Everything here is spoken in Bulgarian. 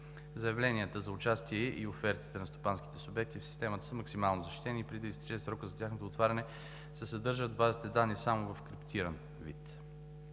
Заявленията за участие и офертите на стопанските субекти в системата са максимално защитени и преди да изтече срокът за тяхното отваряне се съдържат в базите данни само в криптиран вид.